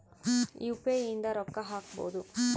UPI ಇಂದ ರೊಕ್ಕ ಹಕ್ಬೋದು